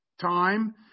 time